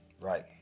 Right